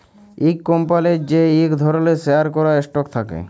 ইক কম্পলির যে ইক ধরলের শেয়ার ক্যরা স্টক থাক্যে